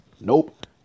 Nope